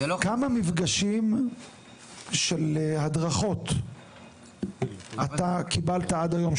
כמה מפגשים של הדרכות אתה קיבלת עד היום?